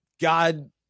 God